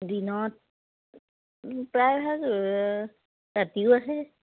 দিনত প্ৰায়ভাগ ৰাতিও আহে